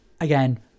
again